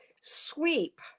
sweep